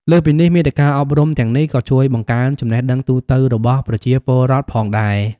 លើសពីនេះ មាតិកាអប់រំទាំងនេះក៏ជួយបង្កើនចំណេះដឹងទូទៅរបស់ប្រជាពលរដ្ឋផងដែរ។